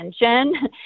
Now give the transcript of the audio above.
attention